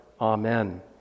Amen